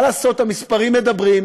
מה לעשות, המספרים מדברים.